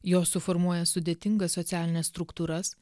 jos suformuoja sudėtingas socialines struktūras